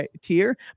tier